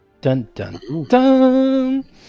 Dun-dun-dun